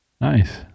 Nice